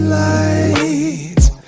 lights